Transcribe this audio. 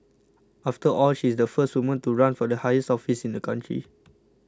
after all she's the first woman to run for the highest office in the country